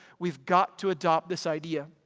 we've got to adopt this idea.